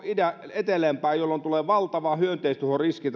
etelämpää jolloin tulee valtava hyönteistuhoriski